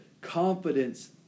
confidence